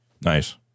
Nice